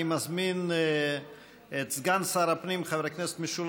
אני מזמין את סגן שר הפנים חבר הכנסת משולם